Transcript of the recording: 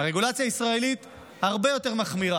הרגולציה הישראלית הרבה יותר מחמירה,